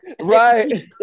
Right